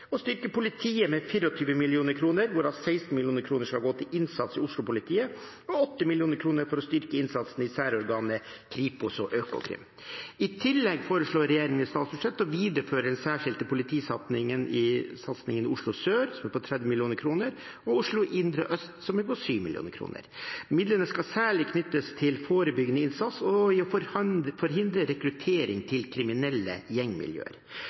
styrke politiet med 24 mill. kr, hvorav 16 mill. kr skal gå til innsats i Oslo-politiet og 8 mill. kr til å styrke innsatsen i særorganene Kripos og Økokrim I tillegg foreslår regjeringen i statsbudsjettet å videreføre den særskilte politisatsingen i Oslo sør med 30 mill. kr og i Oslo indre øst med 7 mill. kr. Midlene skal særlig knyttes til forebyggende innsats og til å forhindre rekruttering til kriminelle gjengmiljøer.